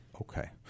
Okay